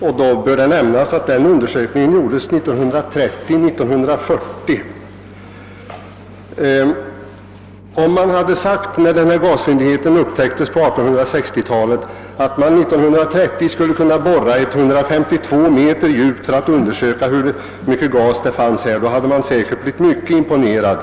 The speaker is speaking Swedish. Det bör emellertid nämnas att denna undersökning utfördes under åren 1930—1940. Om man när ifrågavarande gasfyndighet upptäcktes på 1860-talet hade fått höra att det på 1930-talet skulle bli möjligt att borra 152 m djupt för att undersöka storleken av gasförekomsterna, skulle man säkerligen ha blivit mycket imponerad.